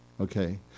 Okay